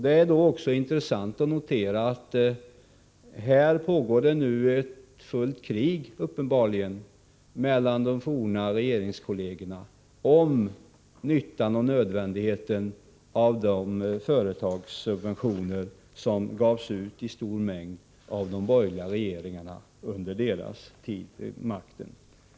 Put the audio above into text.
Det är då också intressant att notera att uppenbarligen pågår det nu ett fullt krig mellan de forna regeringskollegerna om nyttan och nödvändigheten av de företagssubventioner som gavs ut i stor mängd av de borgerliga regeringarna under deras tid vid makten.